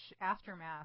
aftermath